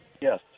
yes